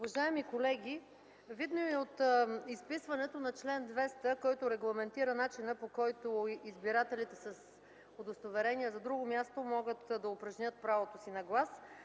Уважаеми колеги, видно е и от изписването на чл. 200, който регламентира начина, по който избирателите с удостоверение за друго място могат да упражнят правото си на глас,